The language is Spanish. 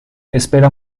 espera